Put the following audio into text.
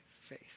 faith